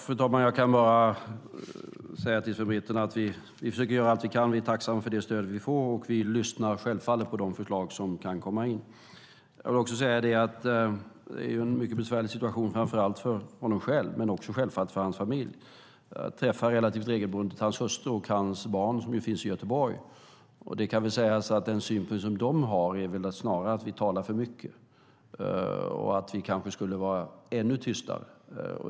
Fru talman! Jag kan bara säga till Sven Britton att vi försöker göra allt vi kan. Vi är tacksamma för det stöd vi får och vi lyssnar självfallet på de förslag som kan komma in. Jag vill också säga att det är en mycket besvärlig situation, framför allt för honom själv men självfallet också för hans familj. Jag träffar relativt regelbundet hans hustru och hans barn, som ju finns i Göteborg, och det kan väl sägas att den synpunkt som de har är att vi snarare talar för mycket och att vi kanske skulle vara ännu tystare.